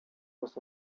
was